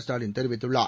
ஸ்டாலின் தெரிவித்துள்ளார்